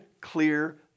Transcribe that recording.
clear